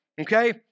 Okay